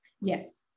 yes